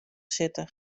sitte